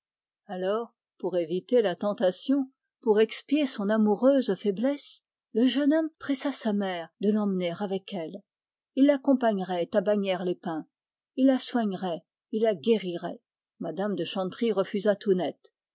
alors pour éviter la tentation pour expier son amoureuse faiblesse le jeune homme pressa sa mère de l'emmener avec elle il l'accompagnerait à bagnères il la soignerait il la guérirait mme de chanteprie refusa tout net